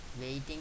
waiting